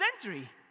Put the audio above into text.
century